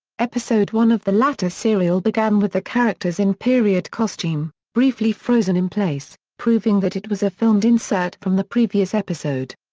episode one of the latter serial began with the characters in period costume, briefly frozen in place, proving that it was a filmed insert from the previous episode.